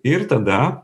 ir tada